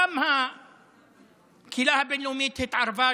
גם הקהילה הבין-לאומית התערבה,